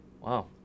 Wow